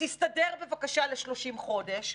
או תסתדר בבקשה ל-30 חודש,